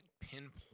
pinpoint